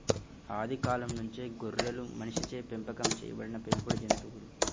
ఆది కాలం నుంచే గొర్రెలు మనిషిచే పెంపకం చేయబడిన పెంపుడు జంతువులు